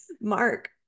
Mark